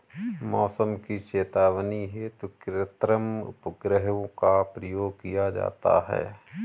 मौसम की चेतावनी हेतु कृत्रिम उपग्रहों का प्रयोग किया जाता है